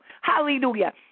Hallelujah